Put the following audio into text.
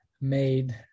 made